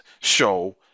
show